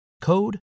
code